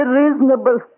reasonable